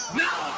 now